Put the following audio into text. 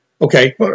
Okay